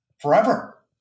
forever